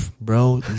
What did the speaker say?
bro